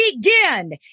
begin